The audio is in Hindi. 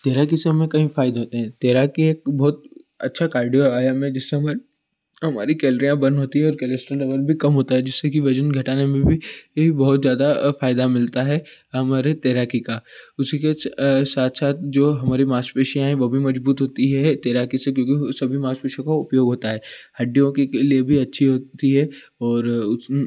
तैराकी से हमें कई फ़ायदे होते हैं तैराकी एक बहुत अच्छा कार्डिओ आयाम है जिससे हमारी हमारी कैलरियाँ बर्न होती हैं और कोलेस्ट्रॉल लेवल भी कम होता है जिससे कि वजन घटाने में भी में भी बहुत ज़्यादा फ़ायदा मिलता है हमारे तैराकी का उसी के साथ साथ जो हमारी माँसपेशियाँ हैं वो भी मजबूत होती है तैराकी से क्योंकि सभी माँसपेशियों का उपयोग होता है हड्डियों के लिए भी अच्छी होती है और उस